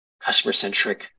customer-centric